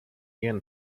yen